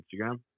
Instagram